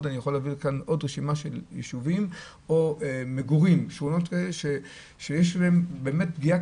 אני יכול להעביר עוד רשימה של יישובים או שכונות שיש בהן פגיעה